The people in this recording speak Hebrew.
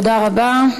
תודה רבה.